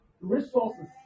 resources